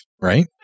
right